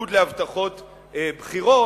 בניגוד להבטחות בחירות,